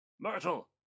Myrtle